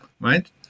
right